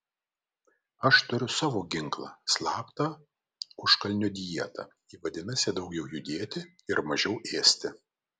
aš turiu savo ginklą slaptą užkalnio dietą ji vadinasi daugiau judėti ir mažiau ėsti